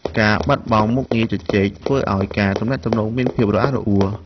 ការបាត់បង់មុខងារជជែក ធ្វើឱ្យការទំនាក់ទំនងមានភាពរអាក់រអួល។